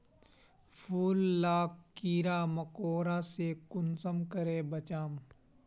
फूल लाक कीड़ा मकोड़ा से कुंसम करे बचाम?